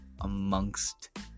amongst